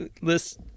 list